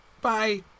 Bye